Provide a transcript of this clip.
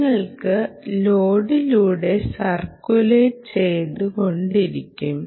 നിങ്ങൾക്ക് ലോഡിലൂടെ സർക്കുലേറ്റ് ചെയ്തു കൊണ്ടിരിക്കും